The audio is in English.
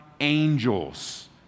angels